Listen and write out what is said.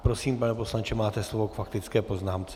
Prosím, pane poslanče, máte slovo k faktické poznámce.